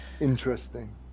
Interesting